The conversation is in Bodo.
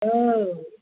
औ